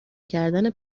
کردن